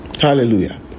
Hallelujah